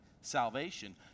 salvation